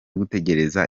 gutegereza